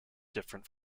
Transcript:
different